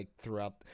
throughout